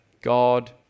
God